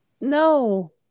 No